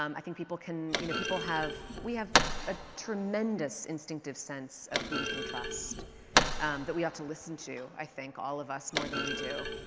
um i think people can, you know, people have, we have a tremendous instinct of sense of who we can trust that we have to listen to, i think, all of us more than we do.